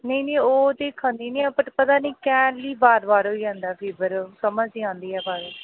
नेईं नेईं ओह् ते खन्नी ऐ ते पर पता नि कैह्ली बार बार होई जंदा फीवर समझ नि आंदी ऐ पर